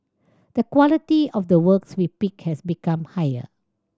the quality of the works we pick has become higher